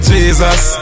Jesus